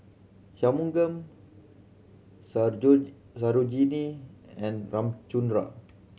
Shunmugam Sarojini and Ramchundra